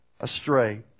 astray